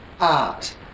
art